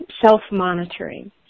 self-monitoring